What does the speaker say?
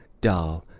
dhal,